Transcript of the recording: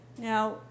now